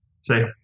say